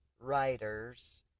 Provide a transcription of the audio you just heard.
writers